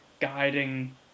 guiding